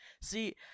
See